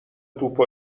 توپو